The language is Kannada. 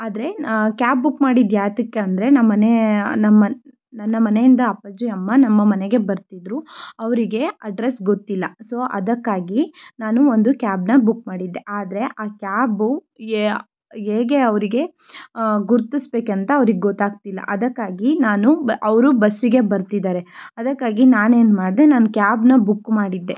ಆದರೆ ಕ್ಯಾಬ್ ಬುಕ್ ಮಾಡಿದ್ದು ಯಾತಕ್ಕೆ ಅಂದರೆ ನಮ್ಮ ಮನೆ ನಮ್ಮ ಮ ನನ್ನ ಮನೆಯಿಂದ ಅಪ್ಪಾಜಿ ಅಮ್ಮ ನಮ್ಮ ಮನೆಗೆ ಬರ್ತಿದ್ದರು ಅವರಿಗೆ ಅಡ್ರಸ್ ಗೊತ್ತಿಲ್ಲ ಸೊ ಅದಕ್ಕಾಗಿ ನಾನು ಒಂದು ಕ್ಯಾಬನ್ನು ಬುಕ್ ಮಾಡಿದ್ದೆ ಆದರೆ ಆ ಕ್ಯಾಬು ಹೇಗೆ ಅವರಿಗೆ ಗುರ್ತಿಸ್ಬೇಕೆಂತ ಅವ್ರಿಗೆ ಗೊತ್ತಾಗ್ತಿಲ್ಲ ಅದಕ್ಕಾಗಿ ನಾನು ಬ ಅವರು ಬಸ್ಸಿಗೆ ಬರ್ತಿದ್ದಾರೆ ಅದಕ್ಕಾಗಿ ನಾನು ಏನು ಮಾಡಿದೆ ನಾನು ಕ್ಯಾಬನ್ನು ಬುಕ್ ಮಾಡಿದ್ದೆ